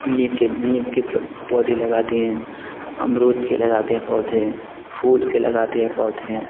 नीम के नीम के पौधे लगाते हैं अमरूद के लगाते हैं पौधे फूल के लगाते हैं पौधे